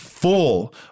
full